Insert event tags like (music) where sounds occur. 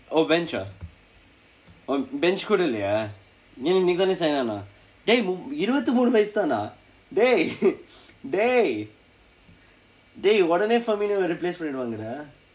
oh bench ah oh bench கூட இல்லையா ஏன்னா நீ தானே:kuuda illaiyaa eennaa nii thaanee sign ஆனா:aanaa dey இருபத்து மூன்று வயது தானா:irupaththu muunru vayathu thaanaa dey (laughs) dey dey உடனே:udanee replace பண்ணிருவாங்க:panniruvaangka dah